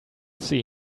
see